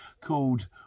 called